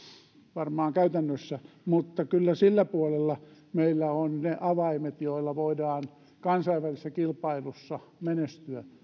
varmaan käytännössä mutta kyllä sillä puolella meillä on ne avaimet joilla voidaan kansainvälisessä kilpailussa menestyä